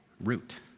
root